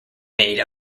made